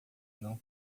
não